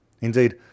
Indeed